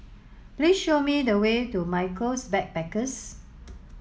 please show me the way to Michaels Backpackers